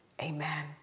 amen